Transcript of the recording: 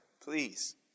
please